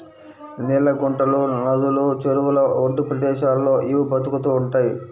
నీళ్ళ గుంటలు, నదులు, చెరువుల ఒడ్డు ప్రదేశాల్లో ఇవి బతుకుతూ ఉంటయ్